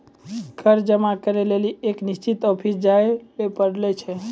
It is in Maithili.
कर जमा करै लेली एक निश्चित ऑफिस जाय ल पड़ै छै